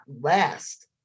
last